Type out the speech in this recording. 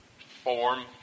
form